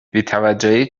بیتوجهی